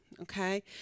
okay